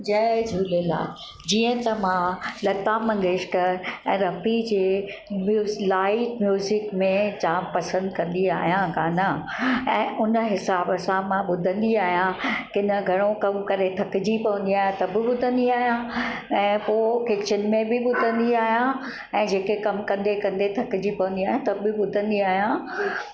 जय झूलेलाल जीअं त मां लता मंगेशकर ऐं रफी जे म्यूस लाइट म्यूज़िक में जाम पसंदि कंदी आहियां गाना ऐं उन हिसाब सां मां ॿुधंदी आहियां की न घणो कम करे थकजी पवंदी आहियां त बि ॿुधंदी आहियां ऐं पोइ किचन में बि ॿुधंदी आहियां ऐं जेके कम कंदे कंदे थकजी पवंदी आहियां त बि ॿुधंदी आहियां